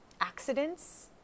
accidents